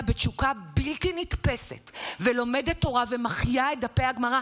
בתשוקה בלי נתפסת ולומדת תורה ומחיה את דפי הגמרא,